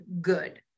good